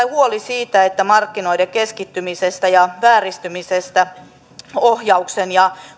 huoli siitä että markkinoiden keskittymisestä ja vääristymisestä johtuen ohjauksen ja